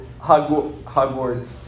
Hogwarts